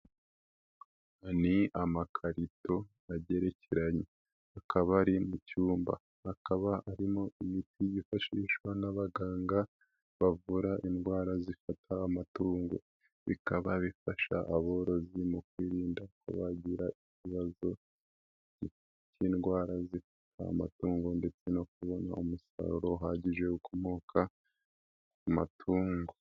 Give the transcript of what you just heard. Ni amakarito agerekeranye akabari mu cyumba hakaba arimo imiti yifashishwa n'abaganga bavura indwara zifata amatungo bikaba bifasha aborozi mu kwirinda kubagira ikibazo by'indwara zifata amatungo ndetse bikaba bifasha aborozi mukwirinda kuba bagira ibibazo k'indwara ku matungo no kubona umusaruro uhagije ukomoka ku matungo.